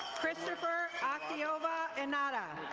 christopher actiova enada.